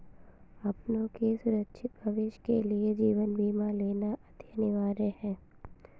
अपनों के सुरक्षित भविष्य के लिए जीवन बीमा लेना अति अनिवार्य है